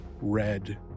red